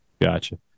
Gotcha